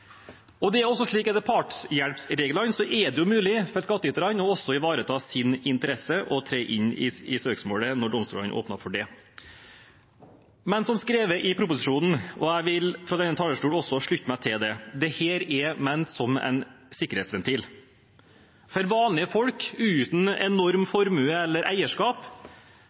partshjelpsreglene er det også mulig for skattyterne å ivareta sine interesser og tre inn i søksmålet når domstolene åpner for det. Som skrevet i proposisjonen – og jeg vil fra denne talerstolen slutte meg til det – er dette ment som en sikkerhetsventil. For vanlige folk, uten enorm formue eller eierskap,